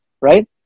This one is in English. right